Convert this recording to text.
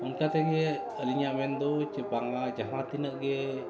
ᱚᱱᱠᱟ ᱛᱮᱜᱮ ᱟᱹᱞᱤᱧᱟᱜ ᱢᱮᱱᱫᱚ ᱥᱮ ᱵᱟᱝᱟ ᱡᱟᱦᱟᱸ ᱛᱤᱱᱟᱹᱜ ᱜᱮ